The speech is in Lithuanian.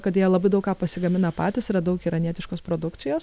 kad jie labai daug ką pasigamina patys yra daug iranietiškos produkcijos